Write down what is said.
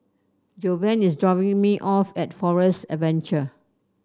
Jovan is dropping me off at Forest Adventure